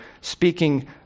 speaking